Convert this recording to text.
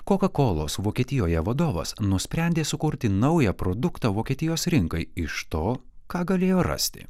kokakolos vokietijoje vadovas nusprendė sukurti naują produktą vokietijos rinkai iš to ką galėjo rasti